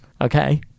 okay